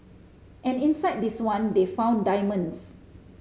and inside this one they found diamonds